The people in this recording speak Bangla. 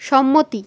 সম্মতি